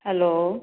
hello